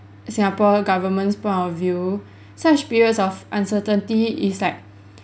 singapore government's point of view such periods of uncertainty is like